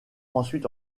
ensuite